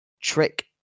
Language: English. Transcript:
trick